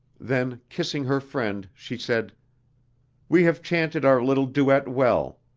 then, kissing her friend, she said we have chanted our little duet well.